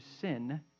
sin